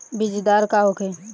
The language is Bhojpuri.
बीजदर का होखे?